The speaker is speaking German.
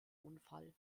unfall